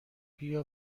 بیا